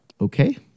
Okay